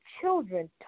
children